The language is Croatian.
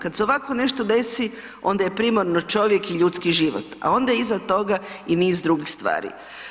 Kada se ovako nešto desi onda je primarno čovjek i ljudski život, a onda iza toga i niz drugih stvari.